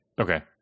Okay